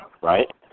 right